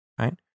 right